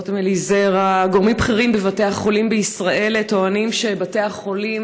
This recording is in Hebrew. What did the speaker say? רותם אליזרע: גורמים בכירים בבתי החולים בישראל טוענים שבתי החולים